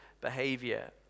behavior